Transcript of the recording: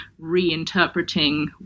reinterpreting